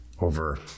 over